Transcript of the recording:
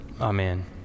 amen